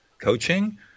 coaching